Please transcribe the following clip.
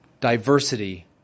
diversity